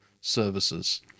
services